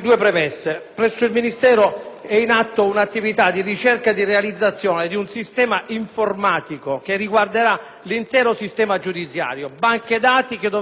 due premesse. Presso il Ministero è in atto un'attività di ricerca e di realizzazione di un sistema informatico che riguarderà l'intero comparto giudiziario: banche dati che dovranno comunicare